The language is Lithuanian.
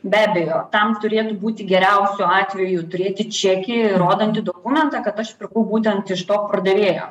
be abejo tam turėtų būti geriausiu atveju turėti čekį įrodantį dokumentą kad aš pirkau būtent iš to pardavėjo